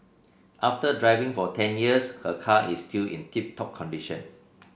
after driving for ten years her car is still in tip top condition